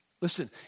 Listen